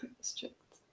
strict